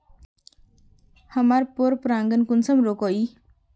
हमार पोरपरागण कुंसम रोकीई?